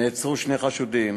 נעצרו שני חשודים.